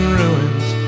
ruins